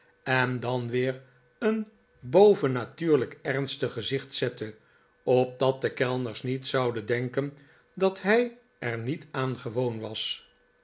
en dan weer een bovennatuurlijk ernstig gezicht zette opdat de kellners niet zouden denken dat hij er niet aan gewoon was